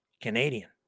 Canadian